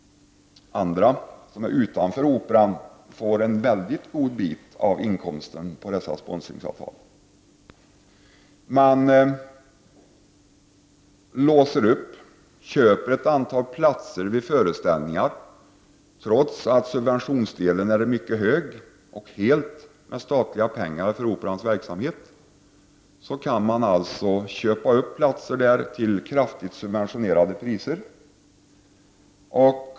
Andra, som står utanför Operan, får en väl tilltagen del av inkomsten från dessa sponsringsavtal. Man köper upp ett antal platser på Operan och därmed blir dessa platser låsta, trots att subventionsdelen är mycket hög. Genom att staten subventionerar Operans verksamhet kan man alltså köpa upp platser till kraftigt reducerade priser.